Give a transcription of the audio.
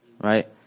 Right